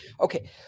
Okay